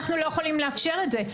אנו לא יכולים לאפשר את זה.